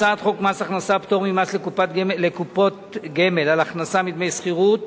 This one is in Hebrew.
הצעת חוק מס הכנסה (פטור ממס לקופות גמל על הכנסה מדמי שכירות